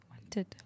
Wanted